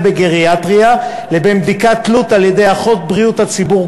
בגריאטריה לבין בדיקת תלות על-ידי אחות בריאות הציבור,